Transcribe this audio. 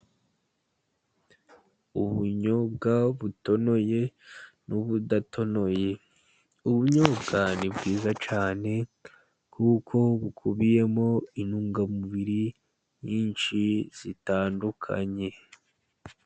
Ubunyobwa butonoye n'ubudatonoye. Ubunyobwa ni bwiza cyane, kuko bukubiyemo intungamubiri nyinshi zitandukanye.